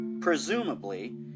presumably